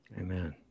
amen